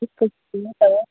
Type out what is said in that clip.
school छुट्टीमा त हो